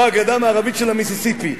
או הגדה המערבית של המיסיסיפי.